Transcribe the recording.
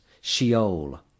Sheol